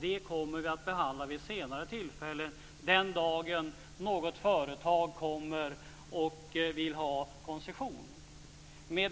Det kommer vi att behandla vid ett senare tillfälle, den dagen när något företag kommer och vill ha koncession. Fru